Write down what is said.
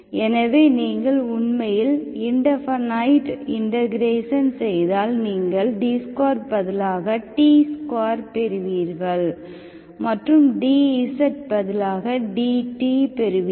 எனவே நீங்கள் உண்மையில் இன்டெபநைட் இன்டக்ரேஷன் செய்தால் நீங்கள் d2 பதிலாக t2 பெறுவீர்கள் மற்றும் dz பதிலாக dt பெறுவீர்கள்